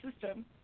system